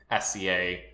SCA